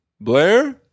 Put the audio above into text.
Blair